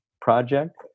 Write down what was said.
project